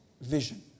vision